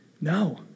No